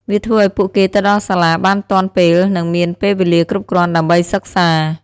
វាធ្វើឱ្យពួកគេទៅដល់សាលាបានទាន់ពេលនិងមានពេលវេលាគ្រប់គ្រាន់ដើម្បីសិក្សា។